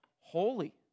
holy